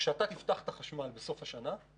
כשאתה תפתח את החשמל בסוף השנה,